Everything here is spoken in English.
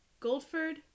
Goldford